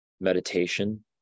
meditation